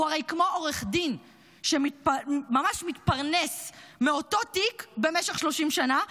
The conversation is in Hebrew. הוא הרי כמו עורך דין שממש מתפרנס מאותו תיק במשך 30 שנה,